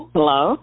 Hello